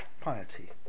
Piety